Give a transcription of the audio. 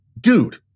dude